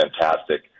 fantastic